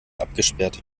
abgesperrt